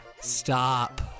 Stop